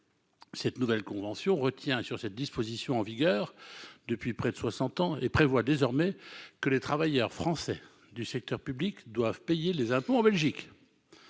cette nouvelle convention retient sur cette disposition, en vigueur depuis près de 60 ans et prévoit désormais que les travailleurs français du secteur public doivent payer les impôts en Belgique